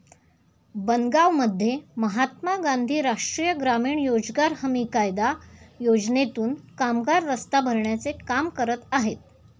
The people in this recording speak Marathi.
बनगावमध्ये महात्मा गांधी राष्ट्रीय ग्रामीण रोजगार हमी कायदा योजनेतून कामगार रस्ता भरण्याचे काम करत आहेत